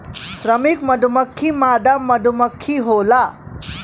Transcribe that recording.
श्रमिक मधुमक्खी मादा मधुमक्खी होला